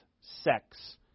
sex